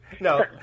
No